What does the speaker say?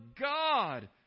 God